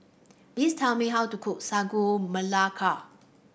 please tell me how to cook Sagu Melaka